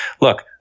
Look